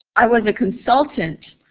i was a consultant